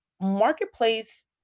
marketplace